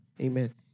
Amen